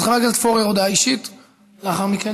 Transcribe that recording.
אז חבר הכנסת פורר, הבעת עמדה.